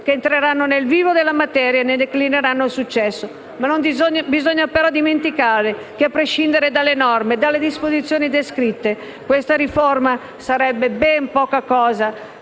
che entreranno nel vivo della materia e ne declineranno il successo. Non bisogna però dimenticare che, a prescindere dalle norme e dalle disposizioni descritte, questa riforma sarebbe poca cosa